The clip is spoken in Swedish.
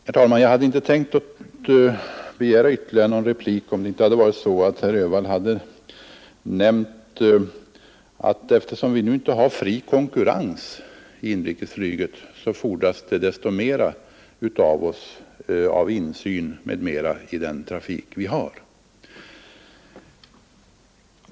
Herr talman! Jag hade inte tänkt begära ytterligare replik om inte herr Öhvall sagt att eftersom vi inte har fri konkurrens i inrikesflyget fordras det av oss desto mera insyn m.m. i den trafik vi har.